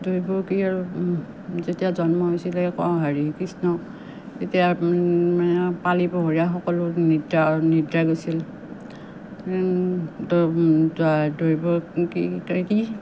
দৈৱকী আৰু যেতিয়া জন্ম হৈছিলে অঁ হেৰি কৃষ্ণ তেতিয়া মানে পালি পহৰীয়া সকলো নিদ্ৰা নিদ্ৰা গৈছিল দৈৱকী